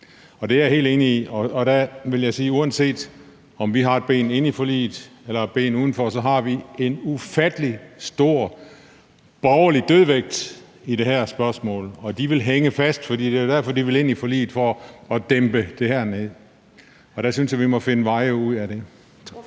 nu. Det er jeg helt enig i. Og der vil jeg sige, at uanset om vi har et ben inde i forliget eller et ben udenfor, har vi en ufattelig stor borgerlig dødvægt i det her spørgsmål. Og de borgerlige vil hænge fast, for det er jo derfor, de vil ind i forliget, nemlig for at dæmpe det her ned. Og der synes jeg vi må finde veje ud af det.